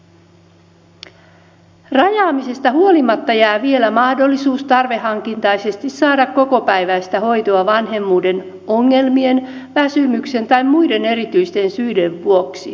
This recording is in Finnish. rajaamisesta huolimatta jää vielä mahdollisuus tarveharkintaisesti saada kokopäiväistä hoitoa vanhemmuuden ongelmien väsymyksen tai muiden erityisten syiden vuoksi